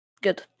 Good